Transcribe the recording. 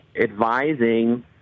advising